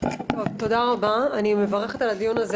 אני מברכת על הדיון הזה.